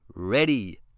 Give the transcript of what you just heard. READY